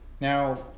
now